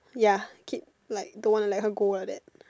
ya keep like don't want to let her go like that